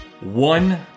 One